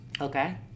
Okay